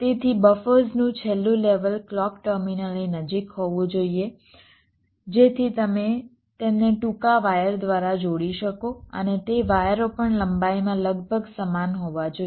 તેથી બફર્સનું છેલ્લું લેવલ ક્લૉક ટર્મિનલની નજીક હોવું જોઈએ જેથી તમે તેમને ટૂંકા વાયર દ્વારા જોડી શકો અને તે વાયરો પણ લંબાઈમાં લગભગ સમાન હોવા જોઈએ